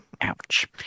Ouch